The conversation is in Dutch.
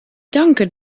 danken